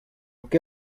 que